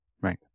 right